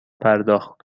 پرداخت